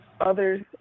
others